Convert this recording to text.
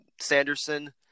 Sanderson